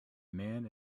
man